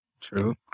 True